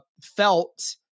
felt